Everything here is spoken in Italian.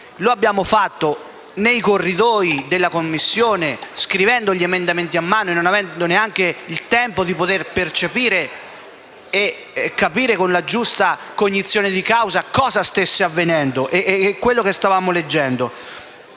così abbiamo fatto nel corridoio fuori dalla Commissione, scrivendo i subemendamenti a mano e non avendo neanche il tempo di capire, con la giusta cognizione di causa, cosa stesse avvenendo e quello che stavamo leggendo.